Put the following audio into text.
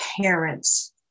parents